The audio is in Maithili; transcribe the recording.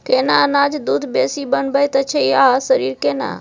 केना अनाज दूध बेसी बनबैत अछि आ शरीर केना?